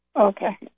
Okay